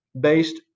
based